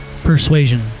persuasion